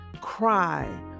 cry